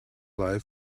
life